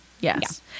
Yes